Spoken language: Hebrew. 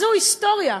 זאת היסטוריה.